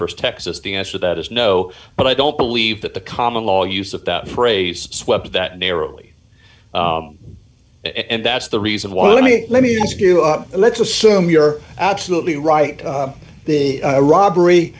versus texas the answer that is no but i don't believe that the common law use of that phrase swept that narrowly and that's the reason why let me let me ask you let's assume you're absolutely right the robbery